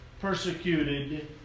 persecuted